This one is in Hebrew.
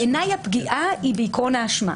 בעיניי הפגיעה היא בעיקרון האשמה.